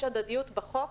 יש הדדיות בחוק.